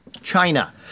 China